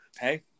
hey